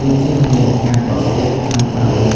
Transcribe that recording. ឬជៀសវាងការកកស្ទះក្នុងក្រុង។